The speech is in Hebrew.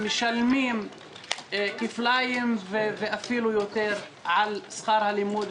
משלמים כפליים ואף יותר על שכר הלימוד,